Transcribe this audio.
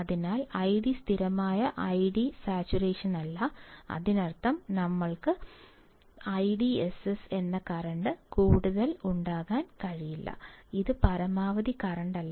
അതിനാൽ ഐഡി സ്ഥിരമായ ID saturation അല്ല അതിനർത്ഥം ഞങ്ങൾക്ക് IDSS ൽ കൂടുതൽ ഉണ്ടാകാൻ കഴിയില്ല അത് പരമാവധി കറന്റല്ല